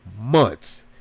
months